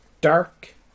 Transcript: Dark